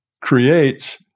creates